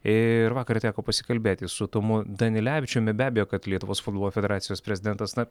ir vakar teko pasikalbėti su tomu danilevičiumi be abejo kad lietuvos futbolo federacijos prezidentas na